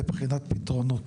לבחינת פתרונות.